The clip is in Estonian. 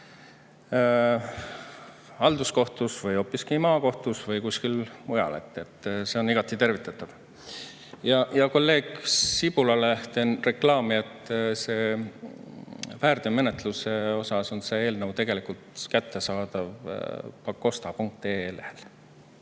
halduskohtus või maakohtus või kuskil mujal. See on igati tervitatav. Ja kolleeg Sibulale teen reklaami, et väärteomenetluse osas on see eelnõu tegelikult kättesaadav pakosta.ee lehel. Aga